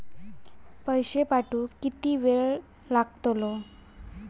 पैशे पाठवुक किती वेळ लागतलो?